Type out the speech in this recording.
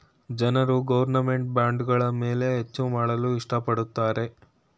ಜನರು ಗೌರ್ನಮೆಂಟ್ ಬಾಂಡ್ಗಳ ಮೇಲೆ ಹೆಚ್ಚು ಮಾಡಲು ಇಷ್ಟ ಪಡುತ್ತಾರೆ